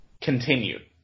continued